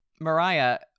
mariah